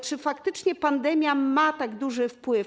Czy faktycznie pandemia ma tak duży wpływ?